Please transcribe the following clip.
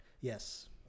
Yes